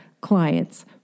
client's